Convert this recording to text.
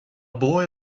boy